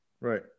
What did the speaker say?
right